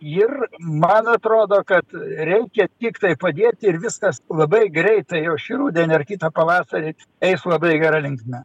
ir man atrodo kad reikia tiktai padėti ir viskas labai greitai o šį rudenį ar kitą pavasarį eis labai gera linkme